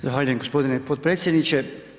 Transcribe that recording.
Zahvaljujem gospodine potpredsjedniče.